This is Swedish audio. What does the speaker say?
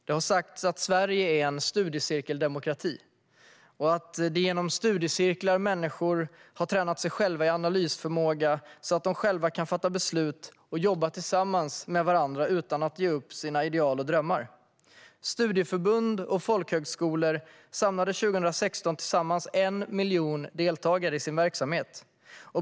Det har sagts att Sverige är en studiecirkeldemokrati och att det är genom studiecirklar som människor har tränat sig själva i analysförmåga så att de kan fatta beslut och jobba tillsammans utan att ge upp sina ideal och drömmar. Studieförbund och folkhögskolor samlade 2016 tillsammans 1 miljon deltagare.